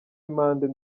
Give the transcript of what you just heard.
monday